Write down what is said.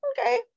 okay